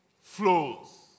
flows